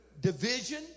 division